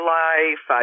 life